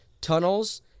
tunnels